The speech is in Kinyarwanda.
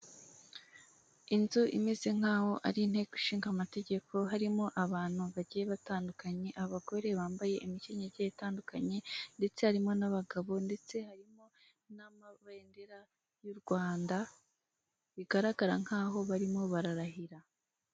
Inzu imeze nkaho ari inteko ishingamategeko harimo abantu bagiye batandukanye, abagore bambaye imikenyero igiye itandukanye, ndetse harimo n'abagabo ndetse harimo n'amabendera y'u Rwanda bigaragara nkaho barimo bararahira.